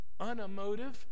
unemotive